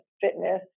fitness